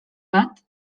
bat